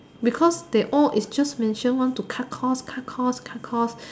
because they all is just mention want to cut cost cut cost cut cost